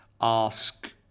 ask